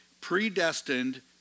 predestined